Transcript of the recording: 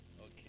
Okay